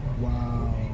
Wow